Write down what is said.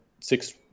six